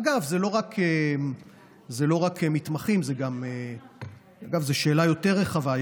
אגב, זה לא רק מתמחים, זו שאלה יותר רחבה.